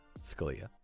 Scalia